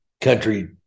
country